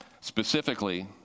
Specifically